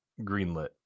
greenlit